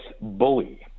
bully